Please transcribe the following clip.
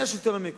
והשלטון המקומי,